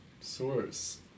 source